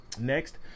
Next